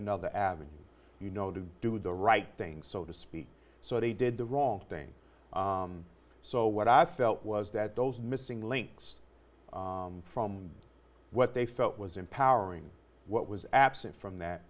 another avenue you know to do the right thing so to speak so they did the wrong thing so what i felt was that those missing links from what they felt was empowering what was absent from that